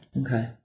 Okay